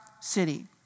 city